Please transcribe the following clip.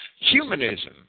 humanism